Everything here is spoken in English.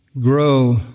grow